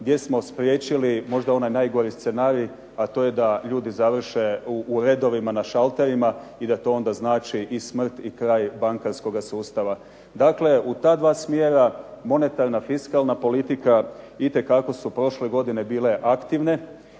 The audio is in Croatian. gdje smo spriječili možda onaj najgori scenarij, a to da ljudi završe u redovima na šalterima i da to onda znači i smrt i kraj bankarskoga sustava. Dakle, u ta dva smjera monetarna i fiskalna politika itekako su prošle godine bile aktivne.